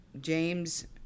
James